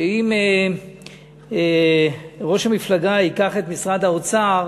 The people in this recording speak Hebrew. שאם ראש המפלגה ייקח את משרד האוצר